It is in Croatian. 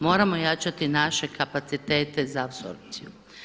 Moramo jačati naše kapacitete za apsorpciju.